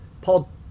Paul